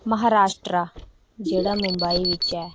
महाराष्ट्र जेह्ड़ा मुबंई बिच ऐ